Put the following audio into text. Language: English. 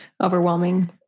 overwhelming